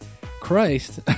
Christ